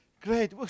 Great